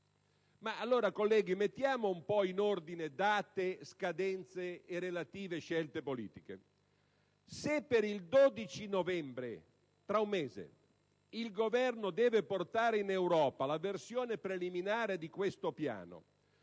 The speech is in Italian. Allora, colleghi, mettiamo un po' in ordine date, scadenze e relative scelte politiche. Se per il 12 novembre, cioè tra un mese, il Governo deve portare in Europa la versione preliminare di questo Piano,